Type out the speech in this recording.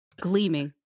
gleaming